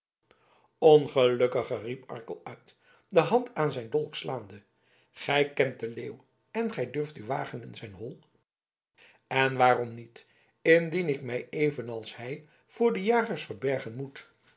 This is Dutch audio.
ongelukkige riep arkel uit de hand aan zijn dolk slaande gij kent den leeuw en gij durft u wagen in zijn hol en waarom niet indien ik mij evenals hij voor de jagers verbergen moet